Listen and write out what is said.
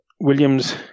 Williams